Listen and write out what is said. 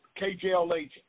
KJLH